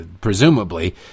presumably